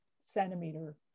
centimeter